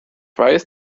weiß